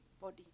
body